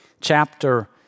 chapter